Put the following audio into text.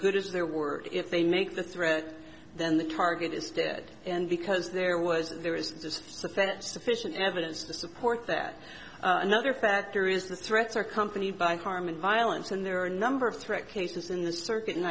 good as their word if they make the threat then the target is dead and because there was there is sufficient sufficient evidence to support that another factor is the threats are company by harm and violence and there are a number of threat cases in the circuit and